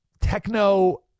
techno